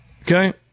okay